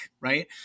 right